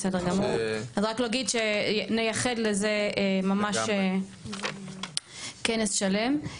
בסדר גמור, אז רק נגיד שנייחד לזה כנס שלם.